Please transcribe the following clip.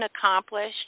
accomplished